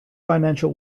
financial